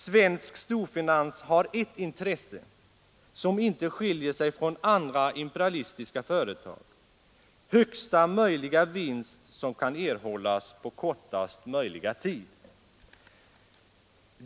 Svensk storfinans har ett intresse, och det skiljer sig inte från andra imperialistiska företags: högsta möjliga vinst på kortaste möjliga tid.